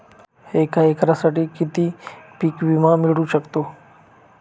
एका एकरसाठी किती पीक विमा मिळू शकतो?